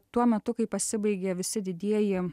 tuo metu kai pasibaigė visi didieji